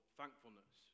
thankfulness